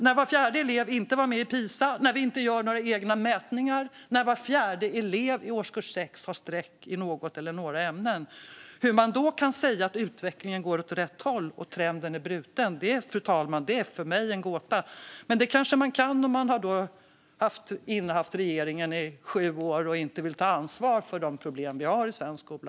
När var fjärde elev inte deltog i Pisa, när egna mätningar inte görs, när var fjärde elev i årskurs 6 har streck i något eller några ämnen, hur kan man då säga att utvecklingen går åt rätt håll och att trenden är bruten? Det är för mig en gåta. Men det kanske man kan säga när man har innehaft regeringsmakten i sju år och inte vill ta ansvar för de problem som finns i svensk skola.